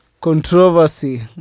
controversy